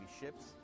ships